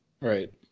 Right